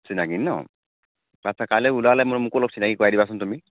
চিনাকী ন' আচ্ছা কাইলৈ ওলালে মানে মোকো অলপ চিনাকী কৰাই দিবাচোন তুমি